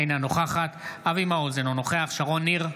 אינה נוכחת אבי מעוז, אינו נוכח שרון ניר,